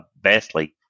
vastly